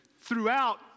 throughout